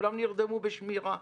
כולם נרדמו בשמירה.